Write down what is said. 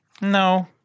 No